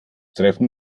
treffen